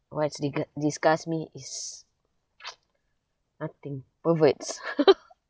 what disgu~ disgust me is nothing perverts